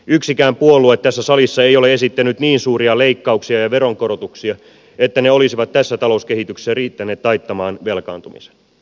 yksikään puolue tässä salissa ei ole esittänyt niin suuria leikkauksia ja veronkorotuksia että ne olisivat tässä talouskehityksessä riittäneet taittamaan velkaantumisen